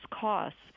costs